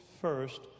first